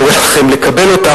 קורא לכם לקבל אותן,